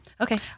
Okay